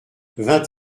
vingt